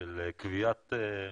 תודה.